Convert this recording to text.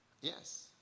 Yes